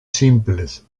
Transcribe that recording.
simples